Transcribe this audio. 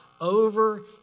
over